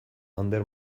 ander